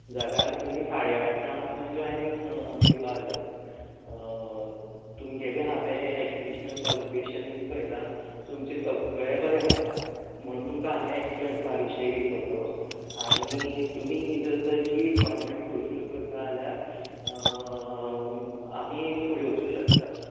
जाल्यार तुमी साडे आठाक थंय जोयनीग दिवपा जाय तुमगेले हांवें एजुकेशनल कॉलिफीकेशन बीन पयला तुमचे सगळे बरे हां म्हणू तुमका हांवें एक्सप्रीयंन्सा विशयी विचरलों आनी तमी जर तर ही रीक्वारमेन्ट फुलफील करता जाल्यार आमी फुडें वचूं शकतात